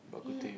ya